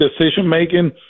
decision-making